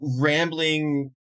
rambling